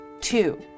Two